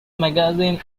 magazine